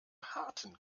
harten